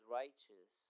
righteous